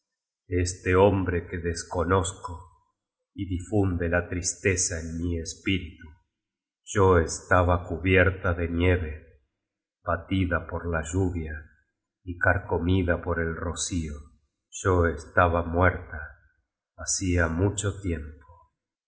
este hombre que desconozco y difunde la tristeza en mi espíritu yo estaba cubierta de nieve batida por la lluvia y carcomida por el rocío yo estaba muerta hacia mucho tiempo